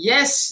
Yes